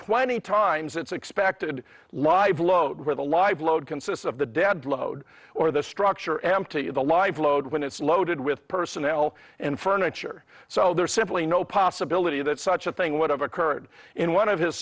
twenty times its expected live load where the live load consists of the dead load or the structure empty the live load when it's loaded with personnel and furniture so there's simply no possibility that such a thing would have occurred in one of his